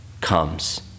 comes